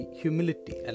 humility